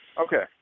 Okay